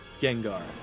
Gengar